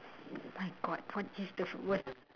my god what is the worst